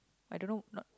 I don't know not